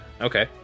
Okay